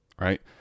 right